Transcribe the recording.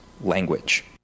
language